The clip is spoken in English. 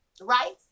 right